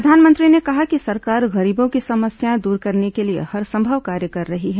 प्रधानमंत्री ने कहा कि सरकार गरीबों की समस्याएं दूर करने के लिए हरसंभव कार्य कर रही है